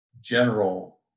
general